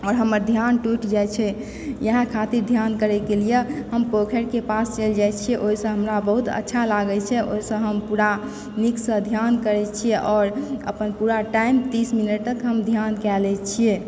आओर हमर ध्यान टुटि जाइ छै इएहऽश खातिर ध्यान करै के लिय हम पोखरि के पास चलि जाइ छी ओहि सऽ हमरा बहुत अच्छा लागै छै ओहि सऽ हम पूरा नीक सऽ ध्यान करय छियै आओर अपन पूरा टाइम तीस मिनट तक हम ध्यान कय लै छियै